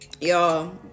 y'all